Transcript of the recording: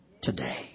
today